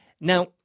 Now